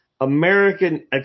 American